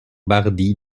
bardi